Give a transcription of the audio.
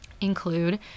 include